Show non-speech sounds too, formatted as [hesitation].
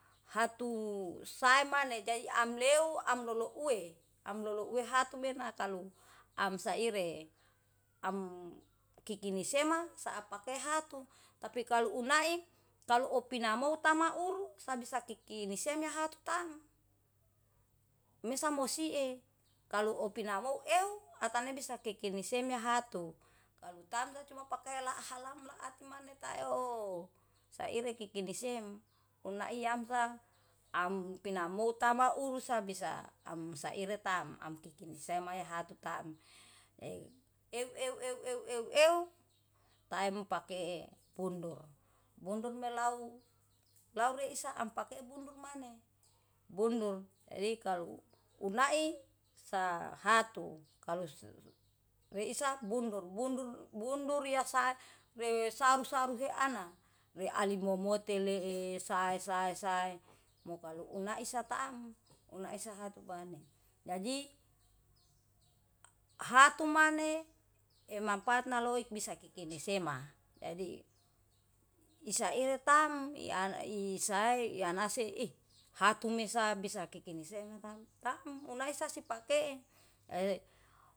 Hatu sae mane jadi amlew amlolouwe, amlolouwe hatumena kalu amsaire. Amkikini sema sapkehatu tapi kalu unai kalo opinamu tama uru sabi-sabi sakikini semyahatu taem. Mesamosie kalu opinamu euw atane bisa kekenisemya hatu, kalu tamsa cuma pake la halam lata maneta euw saire kikini sem. Una iyamsa ampinamu tama ursa bisa amsaire tam amkikini semaya hatu taem. Euw euw euw euw euw euw, taem pake bundur. Bundur melaw larei saam pake bundur mane, bundur jadi kalu unai sa hatu kalu weisat bundur. Bundur bundur ya sere saru-saru he ana, re ale momote lee sae sae sae moka kalu unai satam una esa hatu bane. Jadi [hesitation] hatu mane ema patna loi bisa kikini sema. Jadi isa ira tam iana isae ihanase ih hatu mesa bisa kikini sema taem taem una ehsa si sipake e.